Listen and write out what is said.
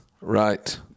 Right